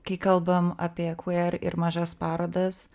kai kalbam apie kver ir mažas parodas